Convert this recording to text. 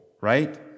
right